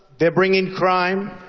they're bringing crime.